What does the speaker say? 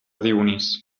dionís